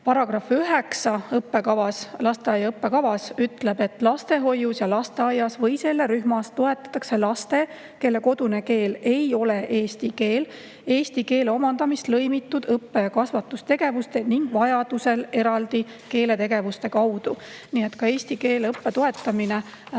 arendama. Lasteaia õppekava § 9 ütleb, et lastehoius ja lasteaias või selle rühmas toetatakse laste, kelle kodune keel ei ole eesti keel, eesti keele omandamist lõimitud õppe‑ ja kasvatustegevuse ning vajadusel eraldi keeletegevuste kaudu. Nii et ka eesti keele õppe toetamine